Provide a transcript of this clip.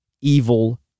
evil